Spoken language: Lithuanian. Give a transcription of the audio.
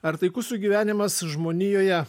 ar taikus sugyvenimas žmonijoje